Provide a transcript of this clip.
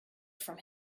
from